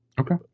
Okay